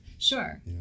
Sure